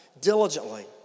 diligently